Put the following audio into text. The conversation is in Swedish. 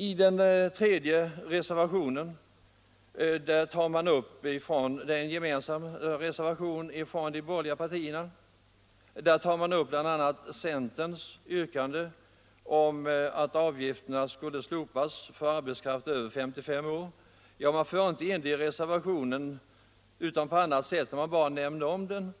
I den tredje reservationen, som är gemensam för de borgerliga partierna, tar man upp bl.a. centerns yrkande om att avgifterna skall slopas för arbetskraft över 55 år. Man för inte in motionsyrkandet i reservationen, men man nämner motionen